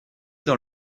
dans